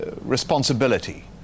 responsibility